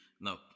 no